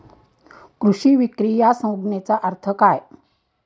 कृषी विक्री या संज्ञेचा अर्थ काय?